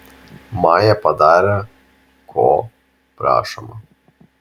maja padarė ko prašoma